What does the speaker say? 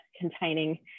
containing